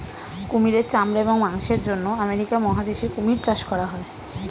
কুমিরের চামড়া এবং মাংসের জন্য আমেরিকা মহাদেশে কুমির চাষ করা হয়